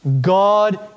God